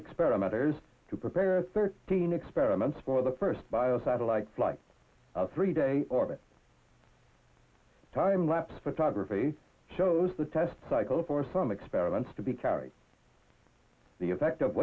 experimenters to prepare thirteen experiments for the first bio satellites like three day orbit time lapse photography shows the test cycle for some experiments to be carried the effect of